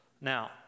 Now